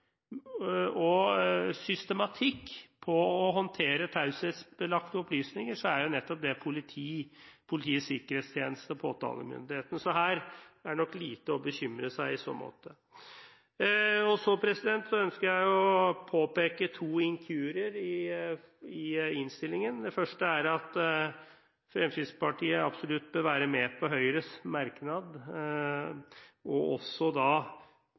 og systematikk med å håndtere taushetsbelagte opplysninger, så er jo det nettopp politi, Politiets sikkerhetstjeneste og påtalemyndigheten. Så her er det nok lite å bekymre seg om i så måte. Så ønsker jeg å påpeke to inkurier i innstillingen. Det første er at Fremskrittspartiet absolutt bør være med på Høyres merknad og også